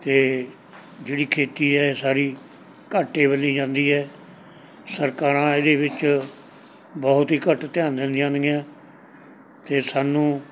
ਤੇ ਜਿਹੜੀ ਖੇਤੀ ਹੈ ਸਾਰੀ ਘਾਟੇ ਵੱਲ ਈ ਜਾਂਦੀ ਹੈ ਸਰਕਾਰਾਂ ਇਹਦੇ ਵਿੱਚ ਬਹੁਤ ਹੀ ਘੱਟ ਧਿਆਨ ਦਿੰਦੀਆਂ ਨੇਗੀਆਂ ਤੇ ਸਾਨੂੰ